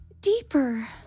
deeper